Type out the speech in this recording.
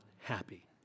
happy